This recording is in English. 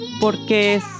porque